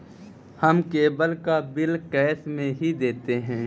हम केबल का bill cash में ही देते हैं